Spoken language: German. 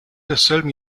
desselben